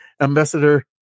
Ambassador